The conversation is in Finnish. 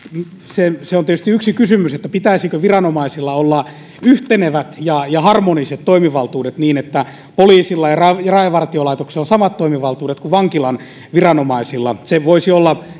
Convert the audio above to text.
se on tietysti yksi kysymys pitäisikö viranomaisilla olla yhtenevät ja ja harmoniset toimivaltuudet niin että poliisilla ja ja rajavartiolaitoksella on samat toimivaltuudet kuin vankilan viranomaisilla se voisi olla